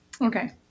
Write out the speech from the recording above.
Okay